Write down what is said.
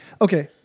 Okay